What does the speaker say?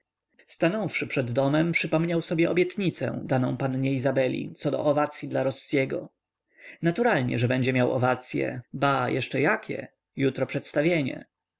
firankami stanąwszy przed domem przypomniał sobie obietnicę daną pannie izabeli co do owacyi dla rossiego naturalnie że będzie miał owacye ba jeszcze jakie jutro przedstawienie